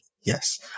yes